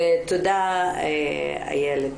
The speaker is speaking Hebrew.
תודה איילת.